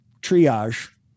triage